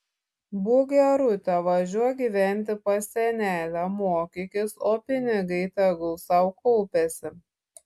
būk gerutė važiuok gyventi pas senelę mokykis o pinigai tegu sau kaupiasi